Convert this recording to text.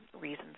reasons